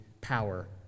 power